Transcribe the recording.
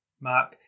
Mark